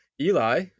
Eli